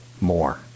more